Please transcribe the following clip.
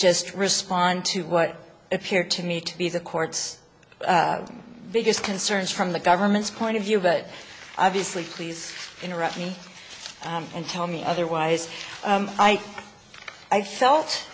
just respond to what appear to me to be the court's biggest concerns from the government's point of view but obviously please interrupt me and tell me otherwise i i felt